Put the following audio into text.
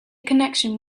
connection